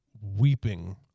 weeping